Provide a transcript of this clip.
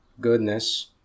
goodness